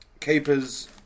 keepers